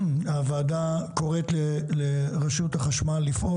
הוועדה קוראת לרשות החשמל לפעול